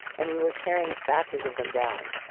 and we were tearing batches of them down.